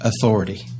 authority